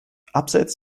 abseits